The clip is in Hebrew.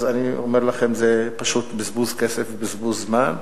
אז אני אומר לכם: זה פשוט בזבוז כסף ובזבוז זמן.